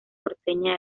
porteña